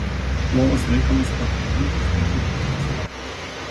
plovas laikomas pagrindiniu uzbekų virtuvės patiekalu